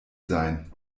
sein